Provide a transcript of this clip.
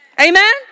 Amen